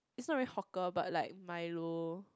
it's not really hawker but like milo